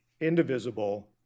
indivisible